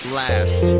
last